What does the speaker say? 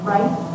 Right